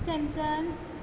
Samsung